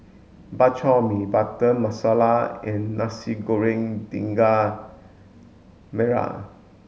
Bak Chor Mee Butter Masala and Nasi Goreng Daging Merah